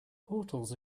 portals